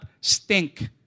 stink